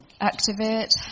activate